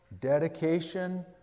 dedication